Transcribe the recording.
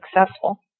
successful